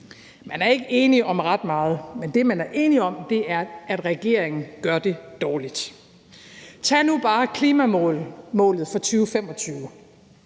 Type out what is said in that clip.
Man er ikke enig om ret meget, men det, man er enig om, er, at regeringen gør det dårligt. Tag nu bare klimamålet for 2025.